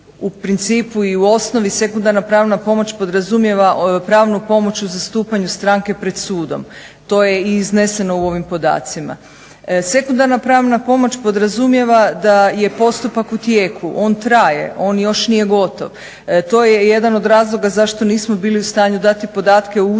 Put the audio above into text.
U principu i osnovi sekundarna pravna pomoć podrazumijeva pravnu pomoć u zastupanju stranke pred sudom. To je i izneseno u ovim podacima. Sekundarna pravna pomoć podrazumijeva da je postupak u tijeku, on traje, on još nije gotov. To je jedan od razloga zašto nismo bili u stanju dati podatke o uspjehu